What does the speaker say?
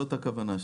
זאת הכוונה שלנו.